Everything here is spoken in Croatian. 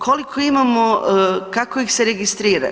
Koliko imamo, kako ih se registrira?